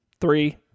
three